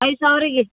ಐದು ಸಾವ್ರಿಗಿ